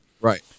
Right